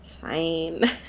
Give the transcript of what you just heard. fine